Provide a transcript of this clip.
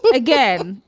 yeah again,